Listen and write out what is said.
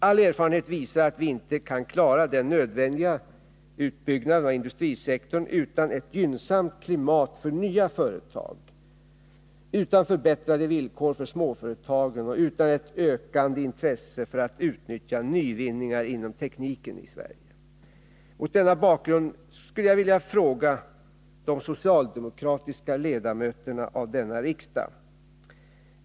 All erfarenhet visar att vi inte kan klara den nödvändiga utbyggnaden av industrisektorn utan ett gynnsamt klimat för nya företag, utan förbättrade villkor för småföretagen och utan ett ökande intresse för att utnyttja nyvinningar inom tekniken i Sverige. Mot denna bakgrund skulle jag vilja s illa en fråga till de socialdemokratiska ledamöterna av denna riksdag.